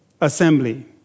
assembly